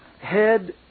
head